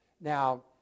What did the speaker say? now